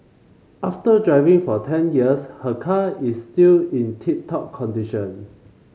after driving for ten years her car is still in tip top condition